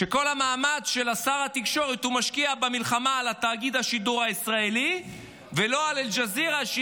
שר התקשורת משקיע את כל המאמץ במלחמה על